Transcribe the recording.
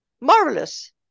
marvelous